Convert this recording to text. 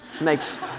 makes